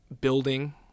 building